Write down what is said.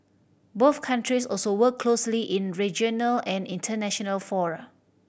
both countries also work closely in regional and international fora